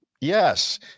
yes